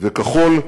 וכחול,